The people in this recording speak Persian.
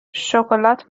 شکلات